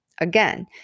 Again